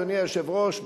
אדוני היושב-ראש,